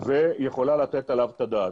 ויכולה לתת עליו את הדעת.